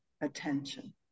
attention